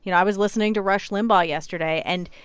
you know i was listening to rush limbaugh yesterday. and,